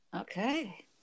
okay